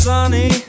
Sunny